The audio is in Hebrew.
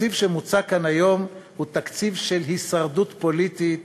התקציב שמוצע כאן היום הוא תקציב של הישרדות פוליטית